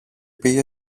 πήγε